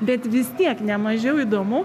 bet vis tiek ne mažiau įdomu